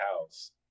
house